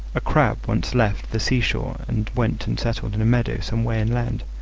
a crab once left the sea-shore and went and settled in a meadow some way inland,